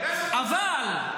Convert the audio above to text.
למה אתה מתבייש?